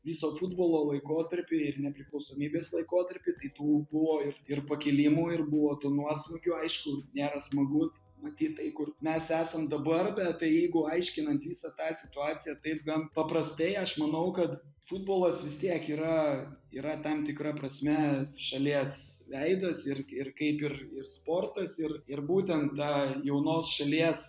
viso futbolo laikotarpy ir nepriklausomybės laikotarpy tai tų buvo ir ir pakilimų ir buvo tų nuosmukių aišku nėra smagu matyt tai kur mes esam dabar bet tai jeigu aiškinant visą tą situaciją taip gan paprastai aš manau kad futbolas vis tiek yra yra tam tikra prasme šalies veidas ir ir kaip ir ir sportas ir ir būtent tą jaunos šalies